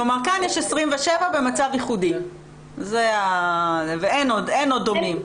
אז כאן יש 27 במצב ייחודי ואין עוד דומים.